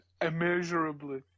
immeasurably